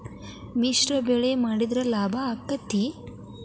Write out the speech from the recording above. ಮಿಶ್ರ ಬೆಳಿ ಮಾಡಿದ್ರ ಲಾಭ ಆಕ್ಕೆತಿ?